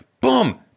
boom